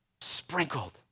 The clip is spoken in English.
sprinkled